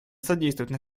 содействовать